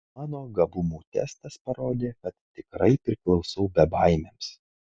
mano gabumų testas parodė kad tikrai priklausau bebaimiams